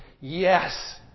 yes